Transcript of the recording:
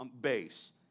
base